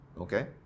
Okay